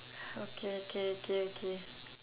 okay okay okay okay